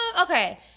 okay